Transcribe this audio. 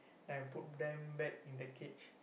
then I put them back in the cage